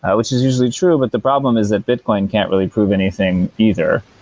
which is usually true, but the problem is that bitcoin can't really prove anything either.